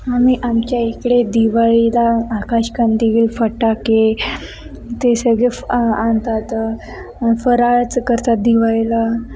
आम्ही आमच्या इकडे दिवाळीला आकाशकंदील फटाके ते सगळे आ आणतात फराळाचं करतात दिवाळीला